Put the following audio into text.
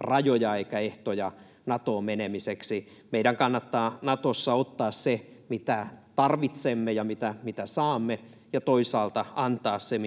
rajoja eikä ehtoja Natoon menemiseksi. Meidän kannattaa Natossa ottaa se, mitä tarvitsemme ja mitä saamme, ja toisaalta antaa se,